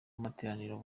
amateraniro